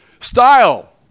Style